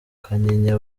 kanyinya